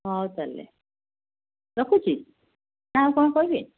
ହଉ ତାହାଲେ ରଖୁଛି ନା ଆଉ କ'ଣ କହିବେ